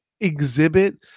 exhibit